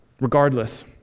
Regardless